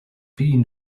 been